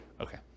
Okay